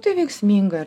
tai veiksminga